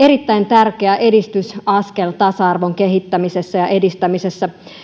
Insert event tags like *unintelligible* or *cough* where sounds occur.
*unintelligible* erittäin tärkeä edistysaskel tasa arvon kehittämisessä ja edistämisessä